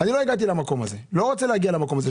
אני לא הגעתי למקום הזה, לא רוצה להגיע למקום הזה.